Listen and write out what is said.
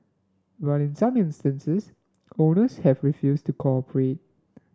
but in some instances owners have refused to cooperate